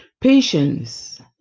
Patience